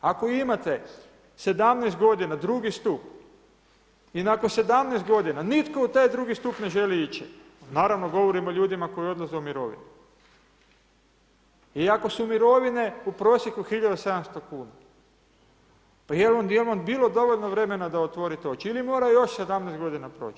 Ako ima te 17 godina drugi stup i nakon 17 godina nitko u taj drugi stup ne želi ići, naravno govorim o ljudima koji odlaze u mirovinu i ako su mirovine u prosjeku 1700 kuna, pa jel vam bilo dovoljno vremena da otvorite oči ili mora još 17 godina proći?